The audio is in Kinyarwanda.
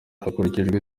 hakurikijwe